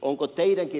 ja kysyn